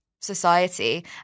society